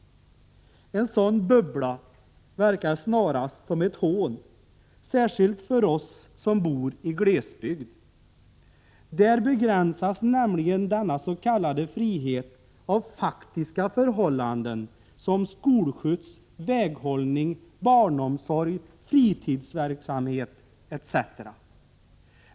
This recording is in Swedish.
En sådan bubbla verkar snarast som ett hån, särskilt för oss som bor i glesbygd. Där begränsas nämligen denna s.k. frihet av faktiska förhållanden som skolskjuts, väghållning, barnomsorg, fritidsverksamhet etc.